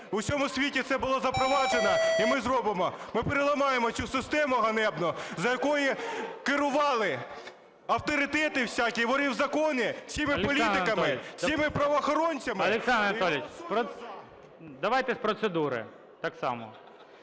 У всьому світі це було запроваджено, і ми зробимо. Ми переламаємо цю систему ганебну, за якої керували "авторитети" всякі, "вори в законі" всіма політиками, всіма правоохоронцями… ГОЛОВУЮЧИЙ. Олександр Анатолійович, давайте з процедури так само.